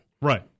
Right